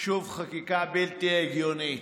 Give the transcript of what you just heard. שוב חקיקה בלתי הגיונית,